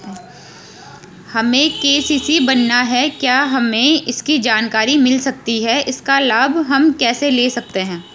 हमें के.सी.सी बनाना है क्या हमें इसकी जानकारी मिल सकती है इसका लाभ हम कैसे ले सकते हैं?